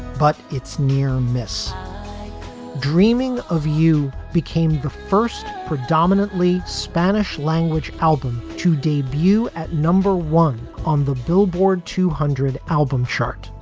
but it's near miss dreaming of you became the first predominantly spanish language album to debut at number one on the billboard two hundred album chart.